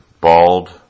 bald